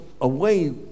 away